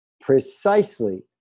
precisely